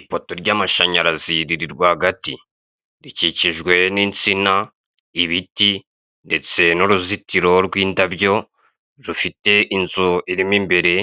Ipoto ry'amashanyarazi riri rwagati, rikikijwe n'insina, ibiti, ndetse n'uruzitiro rw'indabyo, rufite inzu irimo imbere,